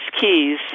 keys